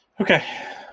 Okay